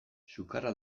sukarra